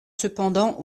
cependant